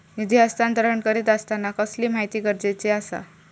निधी हस्तांतरण करीत आसताना कसली माहिती गरजेची आसा?